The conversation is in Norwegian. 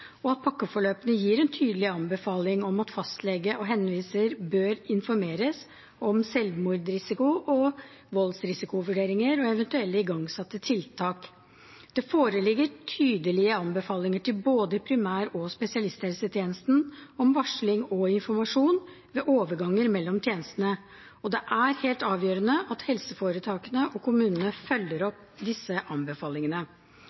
og pakkeforløpene gir en tydelig anbefaling om at fastlege og henviser bør informeres om selvmordsrisiko og voldsrisikovurderinger og eventuelle igangsatte tiltak. Det foreligger tydelige anbefalinger til både primær- og spesialisthelsetjenesten om varsling og informasjon ved overganger mellom tjenestene, og det er helt avgjørende at helseforetakene og kommunene følger